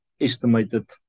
estimated